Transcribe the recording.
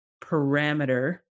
parameter